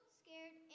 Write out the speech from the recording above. scared